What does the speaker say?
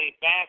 back